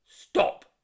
Stop